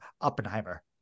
Oppenheimer